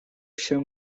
się